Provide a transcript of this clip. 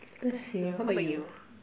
bless you how about you